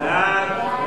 סעיפים 2 3,